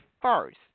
first